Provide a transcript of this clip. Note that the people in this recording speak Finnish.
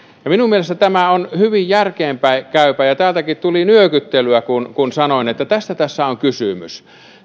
minun mielestäni tämä on hyvin järkeenkäypää ja täältäkin tuli nyökyttelyä kun kun sanoin että tästä tässä on kysymys